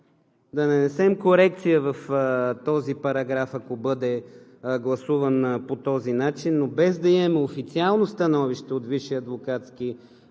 да нанесем корекция в този параграф, ако бъде гласуван по този начин, но без да имаме официално становище от